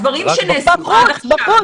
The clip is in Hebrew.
הדברים שנעשו עד עכשיו --- בחוץ,